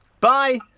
bye